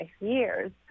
years